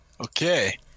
Okay